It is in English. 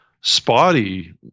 spotty